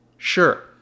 Sure